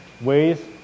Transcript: ways